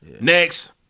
Next